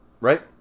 Right